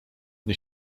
nie